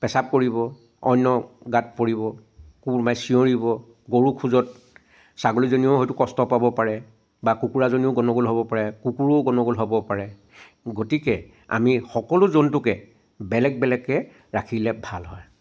পেচাব কৰিব অন্য গাত পৰিব কোনোবাই চিঞৰিব গৰু খোজত ছাগলীজনীয়েও হয়তো কষ্ট পাব পাৰে বা কুকুৰাজনীও গণ্ডগোল হ'ব পাৰে কুকুৰো গণ্ডগোল হ'ব পাৰে গতিকে আমি সকলো জন্তুকে বেলেগ বেলেগকৈ ৰাখিলে ভাল হয়